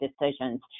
decisions